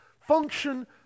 function